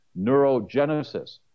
neurogenesis